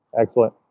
Excellent